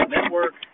Network